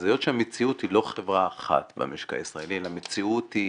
היות שהמציאות היא לא חברה אחת במשק הישראלי אלא המציאות היא